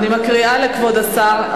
ואני מקריאה לכבוד השר,